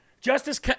Justice